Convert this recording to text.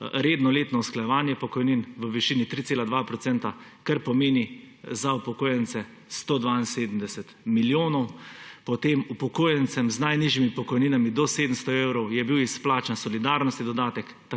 redno letno usklajevanje pokojnin v višini 3,2 %, kar pomeni za upokojence 172 milijonov. Upokojencem z najnižjimi pokojninami do 700 evrov je bil izplačan solidarnostni dodatek,